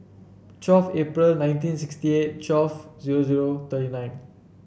twelve April nineteen sixty eight twelve zero zero thirty nine